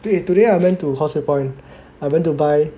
对 today I went to Causeway Point I went to buy